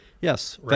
yes